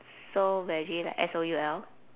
soul veggie like S O U L